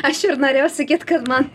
aš ir norėjau sakyt kad man